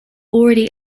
already